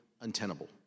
untenable